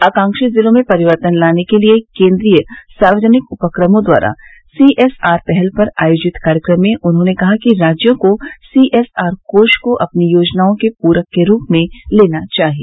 आकांक्षी जिलों में परिवर्तन लाने के लिए केंद्रीय सार्वजनिक उपक्रमों द्वारा सीएसआर पहल पर आयोजित कार्यक्रम में उन्होंने कहा कि राज्यों को सीएसआर कोष को अपनी योजनाओं के पूरक के रूप में लेना चाहिए